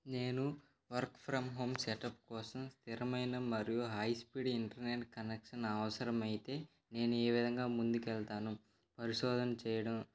నేను work from home setup కోసం స్థిరమైన మరియు హై స్పీడ్ ఇంటర్నెట్ కనెక్షన్ అవసరమైతే నేను ఏ విధంగా ముందుకు వెళ్తాను పరిశోధన చేయడం